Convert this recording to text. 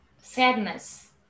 sadness